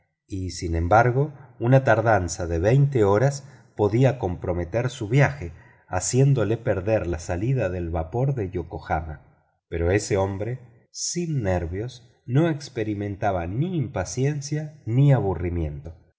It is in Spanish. y sin embargo una tardanza de veinte horas podía comprometer su viaje haciéndole perder la salida del vapor de yokohama pero ese hombre sin nervios no experimentaba ni impaciencia ni aburrimiento